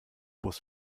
bus